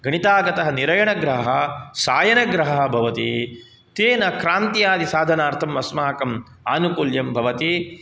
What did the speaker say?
गणितागतनिरयणग्रहः सायनग्रहः भवति तेन क्रान्त्यादिसाधनार्थमस्माकम् आनुकूल्यं भवति